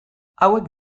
hauek